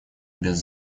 без